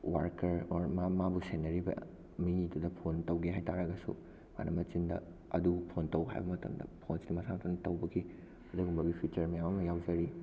worker ꯑꯣꯔ ꯃꯥꯕꯨ ꯁꯦꯟꯅꯔꯤꯕ ꯃꯤꯗꯨꯗ ꯐꯣꯟ ꯇꯧꯒꯦ ꯍꯥꯏ ꯇꯥꯔꯒꯁꯨ ꯑꯗꯨꯝ ꯃꯆꯤꯟꯗ ꯑꯗꯨ ꯐꯣꯟ ꯇꯧ ꯍꯥꯏꯕ ꯃꯇꯝꯗ ꯐꯣꯟꯁꯦ ꯃꯁꯥ ꯃꯊꯟꯇ ꯇꯧꯕꯒꯤ ꯑꯗꯨꯒꯨꯝꯕꯒꯤ ꯐꯤꯆꯔ ꯃꯌꯥꯝ ꯑꯃ ꯌꯥꯎꯖꯔꯤ